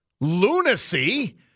lunacy